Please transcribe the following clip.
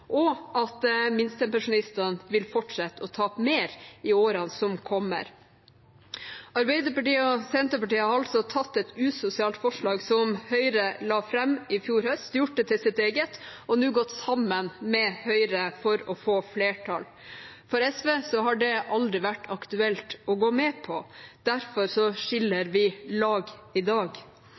og at minstepensjonistene vil fortsette å tape mer i årene som kommer. Arbeiderpartiet og Senterpartiet har altså tatt et usosialt forslag som Høyre la fram i fjor høst, gjort det til sitt eget og nå gått sammen med Høyre for å få flertall. For SV har det aldri vært aktuelt å gå med på, derfor skiller vi lag i dag.